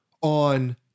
on